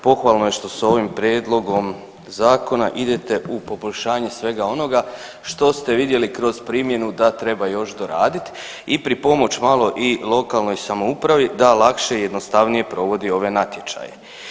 Pohvalno je što se s ovim prijedlogom zakona idete u poboljšanje svega onoga što ste vidjeli kroz primjenu da treba još doradit i pripomoć malo i lokalnoj samoupravi da lakše i jednostavnije provodi ove natječaje.